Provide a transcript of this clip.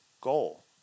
goal